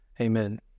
Amen